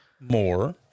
more